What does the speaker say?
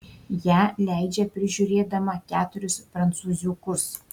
ją leidžia prižiūrėdama keturis prancūziukus